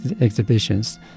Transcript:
exhibitions